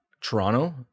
Toronto